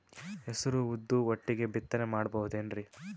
ಹೆಸರು ಉದ್ದು ಒಟ್ಟಿಗೆ ಬಿತ್ತನೆ ಮಾಡಬೋದೇನ್ರಿ?